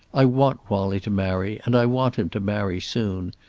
i want wallie to marry, and i want him to marry soon.